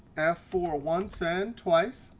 f four once and twice,